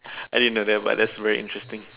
I didn't know that but that's very interesting